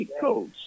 Coach